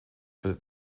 wird